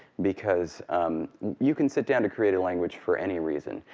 because you can sit down to create a language for any reason.